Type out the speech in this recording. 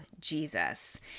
Jesus